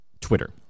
Twitter